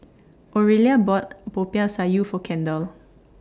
Oralia bought Popiah Sayur For Kendal